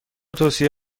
توصیه